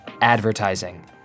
Advertising